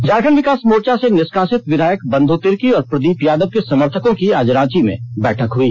झारखंड विकास मोर्चा से निष्कासित विधायक बंधु तिर्की और प्रदीप यादव के समर्थकों की आज रांची में बैठक हुई